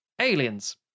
aliens